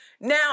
Now